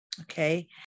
Okay